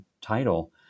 title